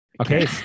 Okay